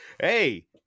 hey